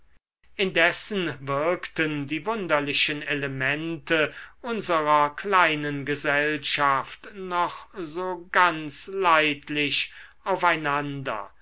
indessen wirkten die wunderlichen elemente unserer kleinen gesellschaft noch so ganz leidlich auf